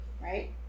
right